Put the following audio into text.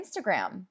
Instagram